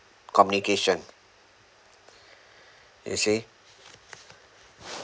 communication you see